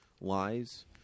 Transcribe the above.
lies